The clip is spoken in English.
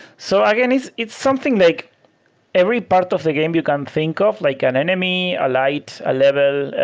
so again, it's it's something like every part of the game you can think of, like an enemy, a light, a level,